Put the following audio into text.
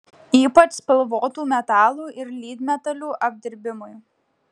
ypač spalvotų metalų ir lydmetalių apdirbimui